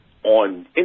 on